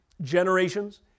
generations